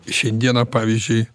šiandieną pavyzdžiui